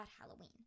halloween